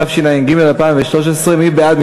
התשע"ג 2013. מי בעד?